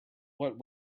what